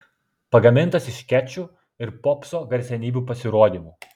pagamintas iš skečų ir popso garsenybių pasirodymų